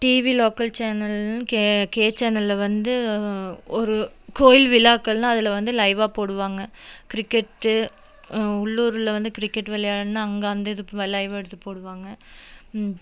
TV local சேனல்னு KK சேனலில் வந்து ஒரு கோயில் விழாக்கள்னா அது வந்து லைவ்வாக போடுவாங்க கிரிக்கெட்டு உள்ளூரில் வந்து கிரிக்கெட் விளையாட்னா அங்கே அந்த இதுக்கு லைவ் எடுத்து போடுவாங்க